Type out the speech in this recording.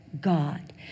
God